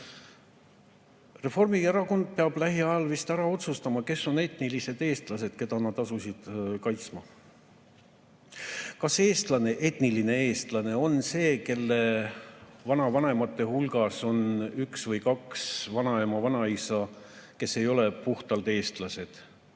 Reformierakond peab lähiajal vist ära otsustama, kes on etnilised eestlased, keda nad asusid kaitsma. Kas etniline eestlane on see, kelle vanavanemate hulgas on üks või kaks vanaema-vanaisa, kes ei ole puhtalt eestlased?